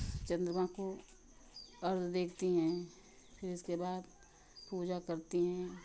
चंद्रमा को अर्घ्य देती हैं फिर इसके बाद पूजा करती हैं